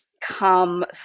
come